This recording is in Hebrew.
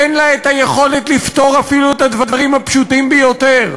אין לה יכולת לפתור אפילו את הדברים הפשוטים ביותר.